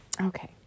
Okay